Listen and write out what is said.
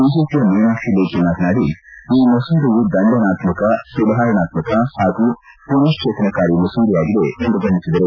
ಬಿಜೆಪಿಯ ಮೀನಾಕ್ಷಿ ಲೇಖಿ ಮಾತನಾಡಿ ಈ ಮಸೂದೆಯು ದಂಡನಾತ್ಮಕ ಸುಧಾರಣಾತ್ಮಕ ಹಾಗೂ ಪುನಕ್ಲೇತನಕಾರಿ ಮಸೂದೆಯಾಗಿದೆ ಎಂದು ಬಣ್ಣಿಸಿದರು